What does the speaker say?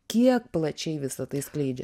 kiek plačiai visa tai skleidžia